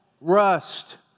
rust